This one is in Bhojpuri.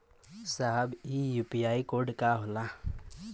साहब इ यू.पी.आई कोड का होला?